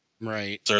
Right